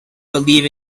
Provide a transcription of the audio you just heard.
believe